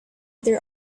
their